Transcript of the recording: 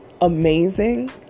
amazing